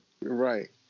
Right